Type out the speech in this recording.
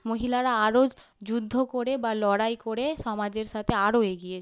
মহিলারা আরো যুদ্ধ করে বা লড়াই করে সমাজের সাথে আরো এগিয়ে যাক